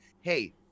Hey